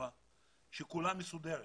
וטובה וכולה מסודרת.